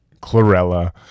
chlorella